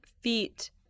feet